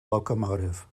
locomotive